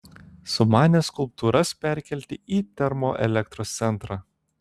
sumanė skulptūras perkelti į termoelektros centrą